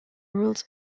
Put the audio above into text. rules